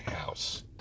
house